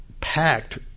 packed